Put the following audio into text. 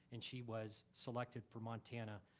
and she was selected for montana.